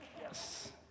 Yes